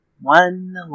One